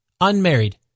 unmarried